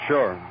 Sure